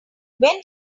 when